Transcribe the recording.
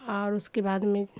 اور اس کے بعد میں